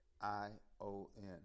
I-O-N